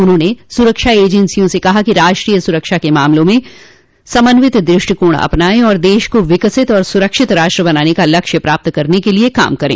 उन्होंने सुरक्षा एजेंसियों से कहा कि राष्ट्रीय सुरक्षा के मामले में समन्वित दृष्टिकोण अपनाएं और देश को विकसित तथा सुरक्षित राष्ट्र बनाने का लक्ष्य प्राप्त करने के लिये काम करें